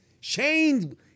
Shane